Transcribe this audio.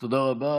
תודה רבה.